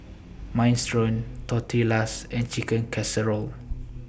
Minestrone Tortillas and Chicken Casserole